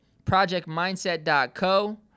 projectmindset.co